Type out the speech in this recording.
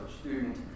student